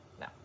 No